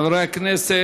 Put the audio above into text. תודה, חברי הכנסת,